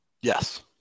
yes